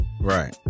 Right